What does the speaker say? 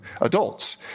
adults